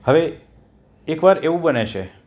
હવે એકવાર એવું બને છે